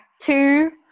two